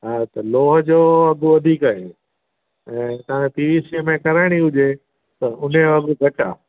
हा त लोह जो अघु वधीक आहे ऐं तव्हां पी वी सी एल में कराइणी हुजे त उन जो अघु घटि आहे